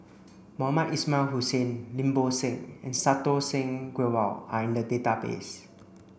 Mohamed Ismail Hussain Lim Bo Seng and Santokh Singh Grewal are in the database